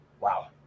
Wow